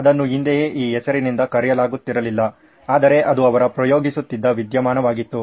ಅದನ್ನು ಹಿಂದೆಯೇ ಈ ಹೆಸರಿನಿಂದ ಕರೆಯಲಾಗುತ್ತಿರಲಿಲ್ಲ ಆದರೆ ಅದು ಅವರು ಪ್ರಯೋಗಿಸುತ್ತಿದ್ದ ವಿದ್ಯಮಾನವಾಗಿತ್ತು